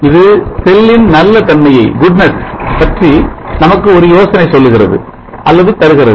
இது செல்லின் நல்ல நிலைமையை பற்றி நமக்கு ஒரு யோசனை சொல்லுகிறது அல்லது தருகிறது